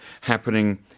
happening